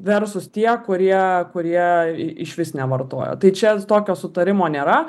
versus tie kurie kurie išvis nevartojo tai čia tokio sutarimo nėra